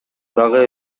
дагы